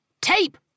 Tape